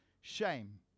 shame